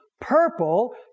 purple